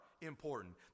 important